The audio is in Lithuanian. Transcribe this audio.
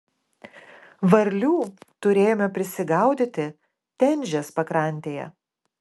varlių turėjome prisigaudyti tenžės pakrantėje